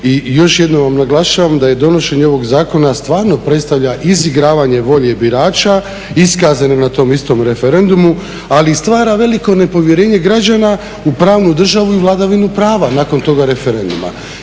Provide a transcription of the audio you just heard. I još jednom vam naglašavam da je donošenje ovog zakona stvarno predstavlja izigravanje volje birača iskazanim na tom istom referendumu, ali i stvara veliko nepovjerenje građana u pravnu državu i vladavinu prava nakon toga referenduma.